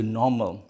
normal